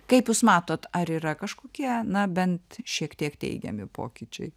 kaip jūs matot ar yra kažkokie na bent šiek tiek teigiami pokyčiai